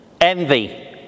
envy